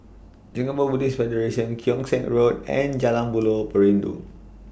Singapore Buddhist Federation Keong Saik Road and Jalan Buloh Perindu